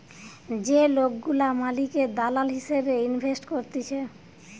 যে লোকগুলা মালিকের দালাল হিসেবে ইনভেস্ট করতিছে